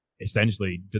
essentially